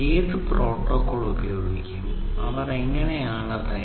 IEEE 802